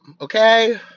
okay